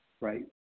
right